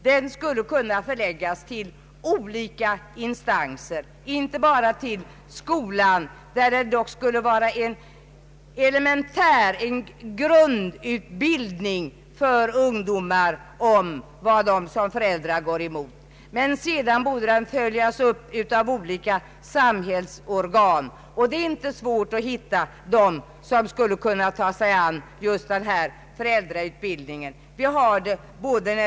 Den skulle kunna förläggas till olika instanser — inte bara till skolan, där det dock skulle ges en grundutbildning till ungdomar om vad de som föräldrar kommer att möta. Sedan borde denna utbildning följas upp av olika samhällsorgan. Det är inte svårt att hitta sådana som skulle kunna ta sig an just denna föräldrautbildning.